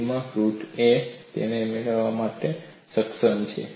sigma root a' તેને મેળવવા માટે સક્ષમ છે